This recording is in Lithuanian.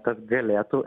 kad galėtų